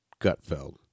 Gutfeld